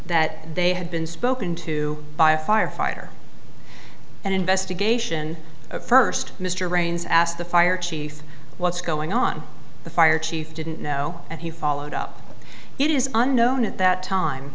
that they had been spoken to by a firefighter and investigation of first mr raines asked the fire chief what's going on the fire chief didn't know and he followed up it is unknown at that time